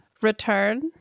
Return